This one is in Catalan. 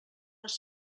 les